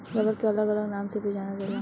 rubber के अलग अलग नाम से भी जानल जाला